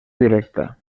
directa